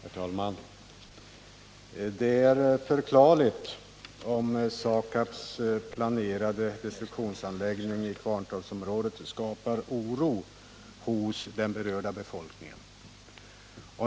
Herr talman! Det är förklarligt om SAKAB:s planerade destruktionsanläggning i Kvarntorpsområdet skapar oro hos den berörda befolkningen.